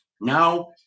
Now